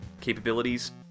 capabilities